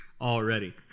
Already